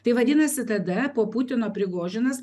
tai vadinasi tada po putino prigožinas